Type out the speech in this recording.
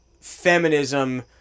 feminism